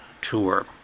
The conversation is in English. tour